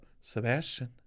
Sebastian